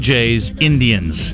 Jays-Indians